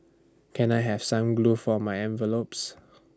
can I have some glue for my envelopes